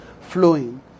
flowing